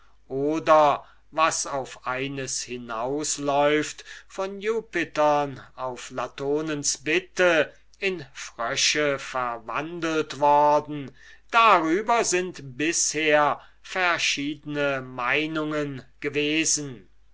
oder was auf eines hinausläuft von jupitern auf latonens bitte in frösche verwandelt worden darüber sind bisher verschiedene meinungen gewesen